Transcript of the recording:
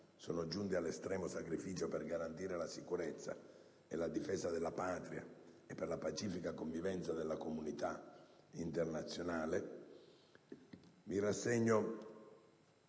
sono giunti all'estremo sacrificio per garantire la sicurezza e la difesa della Patria e per la pacifica convivenza della comunità internazionale